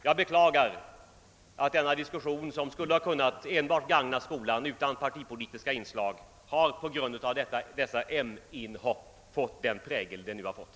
Jag beklagar, att den na diskussion, som skulle ha kunnat enbart gagna skolan utan partipolitiska inslag, på grund av inhopp från moderata samlingspartiet har fått den prägel den nu har fått.